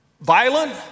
violent